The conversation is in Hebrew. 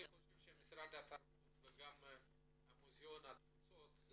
אני חושב שמשרד התרבות וגם מוזיאון התפוצות,